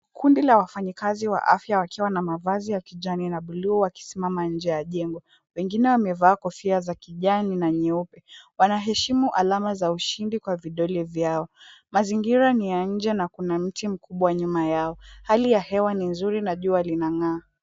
Kundi la wafanyikazi wa afya wakiwa na mavazi ya kijani na bluu wakisimama nje ya jengo. Wengine wamevaa kofia za kijani na nyeupe. Wanaheshimu alama za ushindi kwa vidole vyao. Mazingira ni ya nje na kuna mti mkubwa nyuma yao. Hali ya hewa ni nzuri na jua linang'aa